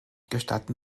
gestatten